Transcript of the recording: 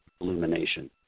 illumination